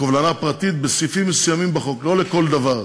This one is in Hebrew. לקובלנה פרטית בסעיפים מסוימים בחוק, לא לכל דבר,